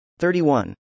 31